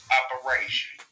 operation